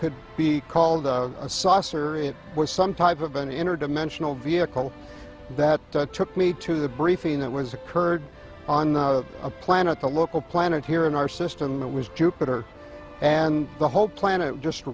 could be called a saucer it was some type of an interdimensional vehicle that took me to the briefing that was occurred on a planet the local planet here in our system it was jupiter and the whole planet just